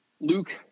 Luke